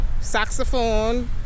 saxophone